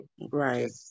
right